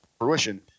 fruition